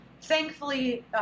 Thankfully